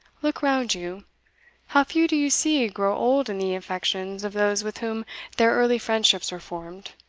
look round you how few do you see grow old in the affections of those with whom their early friendships were formed!